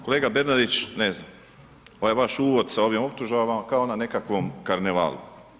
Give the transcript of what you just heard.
Kolega Bernardić, ne znam, ovaj vaš uvod sa ovim optužbama kao na nekakvom karnevalu.